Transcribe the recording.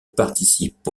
participe